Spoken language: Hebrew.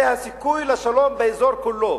זה הסיכוי לשלום באזור כולו.